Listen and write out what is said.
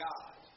God